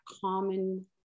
common